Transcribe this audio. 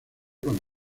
con